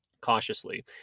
cautiously